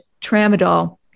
tramadol